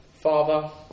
Father